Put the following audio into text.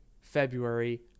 February